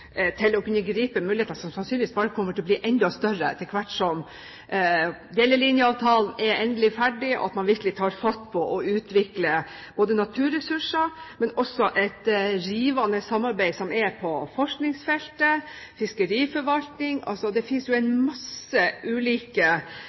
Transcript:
til å kunne gripe muligheter som sannsynligvis bare kommer til å bli enda større etter hvert som delelinjeavtalen er endelig ferdig, og man virkelig tar fatt på å utvikle både naturressursene, det rivende samarbeidet på forskningsfeltet og fiskeriforvaltningen. Det finnes en masse ulike sektorer i Norge som har tett samarbeid med Russland. Det